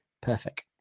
perfect